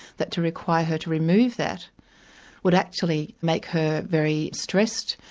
that to require her to remove that would actually make her very stressed,